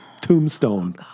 tombstone